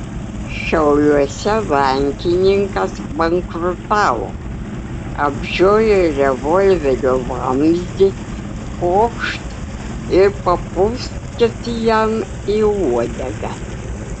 šiauliuose bankininkas bankrutavo apžiojo revolverio vamzdį pokšt ir papūskit jam į uodegą